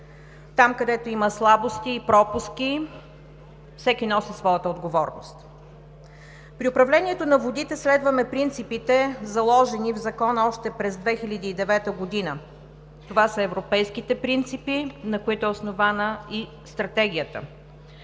Там, където има слабости и пропуски, всеки носи своята отговорност. При управлението на водите следваме принципите, заложени в Закона още през 2009 г. Това са европейските принципи, на които е основана и Стратегията.